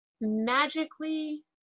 magically